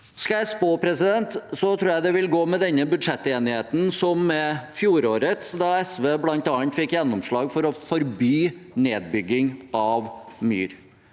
Skal jeg spå, tror jeg det vil gå med denne budsjettenigheten som med fjorårets, da SV bl.a. fikk gjennomslag for å forby nedbygging av myr.